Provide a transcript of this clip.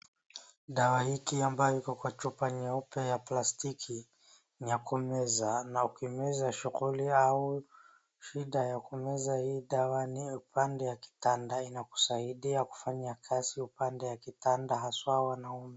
Dawa hiki ambayo iko kwenye chupa nyeupe ya plastiki ni ya kumeza na ukimeza shughuli au shidà ya kumeza hii dawa ni upande wa kitanda ni inasaidia kufanya kazi upande wa kitanda haswa wanaume.